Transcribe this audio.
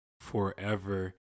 forever